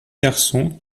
garçon